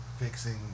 fixing